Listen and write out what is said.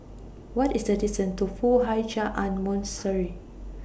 What IS The distance to Foo Hai Ch'An Monastery